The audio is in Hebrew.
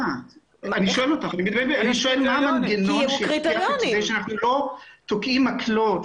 נושא של סביבה ובעלי חיים קשורים זה בזה בקשר הדוק מאוד.